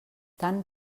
tant